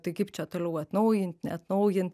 tai kaip čia toliau atnaujint neatnaujin